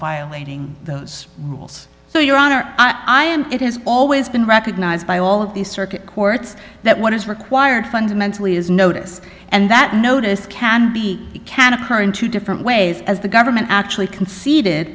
violating those rules so your honor i'm it has always been recognized by all of these circuit courts that what is required fundamentally is notice and that notice can be can occur in two different ways as the government actually conce